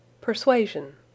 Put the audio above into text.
Persuasion